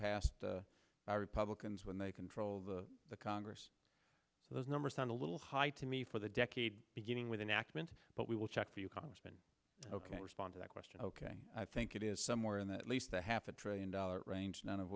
passed by republicans when they control of the congress those numbers sound a little high to me for the decade beginning with an accident but we will check for you congressman ok respond to that question ok i think it is somewhere in that least a half a trillion dollar range none of